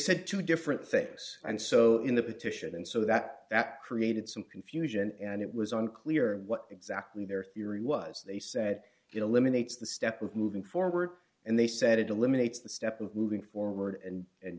said two different things and so in the petition and so that that created some confusion and it was unclear what exactly their theory was they said eliminates the step of moving forward and they said it eliminates the step of moving forward and and